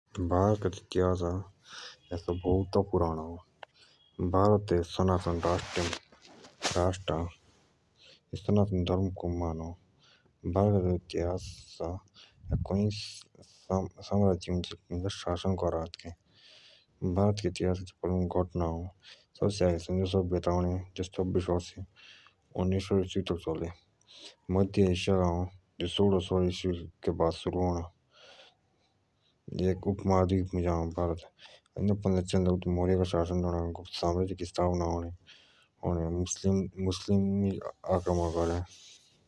जो भारत का इतिहास अ ऐजा बोउता पुराणा अ भारत एक सनातन राष्ट अ जो सनातन धर्म मानो भारत के इतिहास मुझे बोउतेइ राजा महाराजुई भारत पान्दे शासन करा भारत के इतिहास मुझे सबसे आगे सिंधु सभ्यता आणे जो तेंतीस सो ईसुइ पूर्व दि तेरो सो ईसुइ पूर्व तक चले एतुके बाद मध्य इतिहास आअणा जो सोउड सो ईसुइ के बाद शुरू अणा भारत एक उप महाद्वीप मुझ आअ एतुन्दा चन्द्रगुप्त मौर्य का शासन रणा और मुसलमानु का आक्रमण अणा।